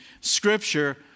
Scripture